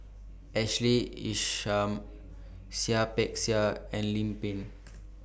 Ashley Isham Seah Peck Seah and Lim Pin